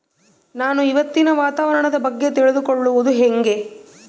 ನಾನು ಇವತ್ತಿನ ವಾತಾವರಣದ ಬಗ್ಗೆ ತಿಳಿದುಕೊಳ್ಳೋದು ಹೆಂಗೆ?